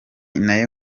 nayo